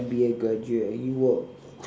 M_B_A graduate he work